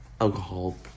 alcohol